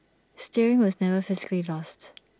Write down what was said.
steering was never physically lost